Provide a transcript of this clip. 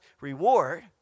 reward